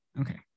Okay